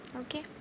Okay